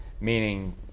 meaning